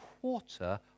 quarter